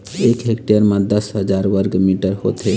एक हेक्टेयर म दस हजार वर्ग मीटर होथे